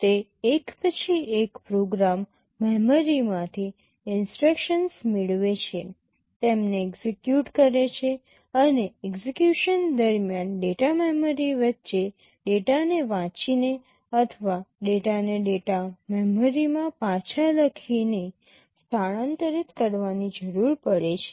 તે એક પછી એક પ્રોગ્રામ મેમરીમાંથી ઇન્સટ્રક્શન્સ મેળવે છે તેમને એક્ઝેક્યુટ કરે છે અને એક્ઝેક્યુશન દરમ્યાન ડેટા મેમરી વચ્ચે ડેટાને વાંચીને અથવા ડેટાને ડેટા મેમરીમાં પાછા લખીને સ્થાનાંતરિત કરવાની જરૂર પડે છે